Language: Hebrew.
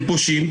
הם פושעים,